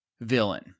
villain